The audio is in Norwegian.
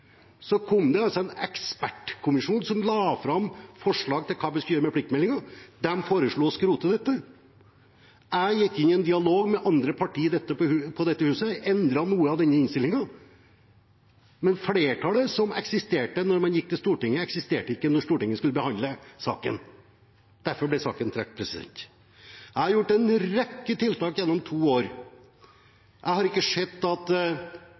Så kom det en ekspertkommisjon som la fram forslag til hva vi skulle gjøre med pliktmeldingen. De foreslo å skrote dette. Jeg gikk inn i en dialog med andre partier på dette huset, endret noe i denne meldingen, men flertallet som eksisterte da man gikk til Stortinget, eksisterte ikke da Stortinget skulle behandle saken. Derfor ble saken trukket. Jeg har gjort en rekke tiltak gjennom to år. Jeg har ikke sett at